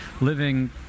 Living